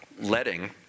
Letting